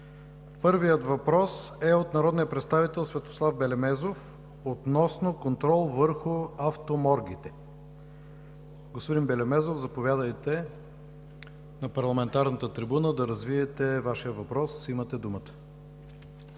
Първият въпрос е от народния представител Светослав Белемезов относно контрол върху автоморгите. Господин Белемезов, заповядайте на парламентарната трибуна, за да развиете Вашия въпрос. СВЕТОСЛАВ